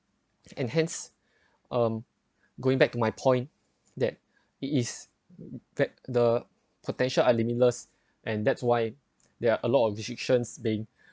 and hence um going back to my point that it is that the potential are limitless and that's why there are a lot of restrictions being